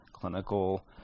clinical